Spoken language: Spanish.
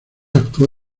actuó